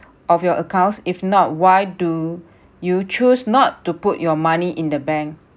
of your accounts if not why do you choose not to put your money in the bank